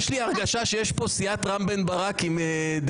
יש לי הרגשה שיש פה סיעת רם בן ברק עם דבי.